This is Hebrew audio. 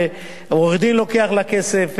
עורך-דין לוקח לה כסף,